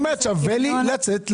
היא אומרת: שווה לי לצאת לעבודה.